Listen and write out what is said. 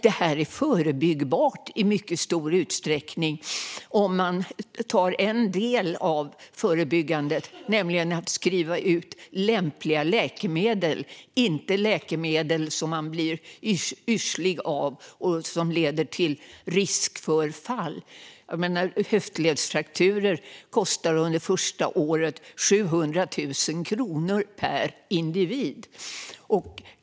Detta är i mycket stor utsträckning förebyggbart. En del av förebyggandet handlar om att skriva ut lämpliga läkemedel, alltså läkemedel som man inte får yrsel av och som leder till risk för fall. Höftledsfrakturer kostar under första året 700 000 kronor per individ.